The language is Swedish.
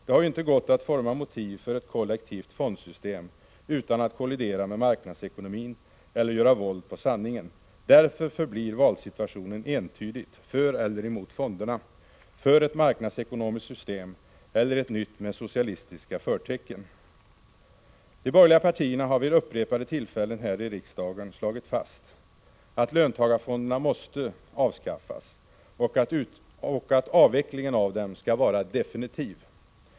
Det har ju inte gått att forma motiv för ett kollektivt fondsystem utan att kollidera med marknadsekonomin eller göra våld på sanningen. Därför förblir valsituationen entydig: för eller emot fonderna — för ett marknadsekonomiskt system eller ett nytt med socialistiska förtecken. De borgerliga partierna har vid upprepade tillfällen här i riksdagen slagit fast att löntagarfonderna måste avskaffas och att avvecklingen av dem skall vara definitiv.